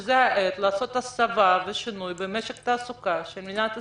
יכול להיות שזו העת לעשות הסבה ושינוי במשק התעסוקה של מדינת ישראל.